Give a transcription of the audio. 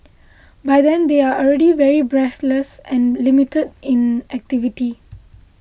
by then they are already very breathless and limited in activity